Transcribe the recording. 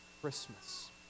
Christmas